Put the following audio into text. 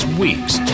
week's